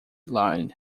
line